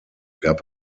gab